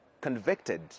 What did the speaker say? convicted